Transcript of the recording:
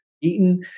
eaten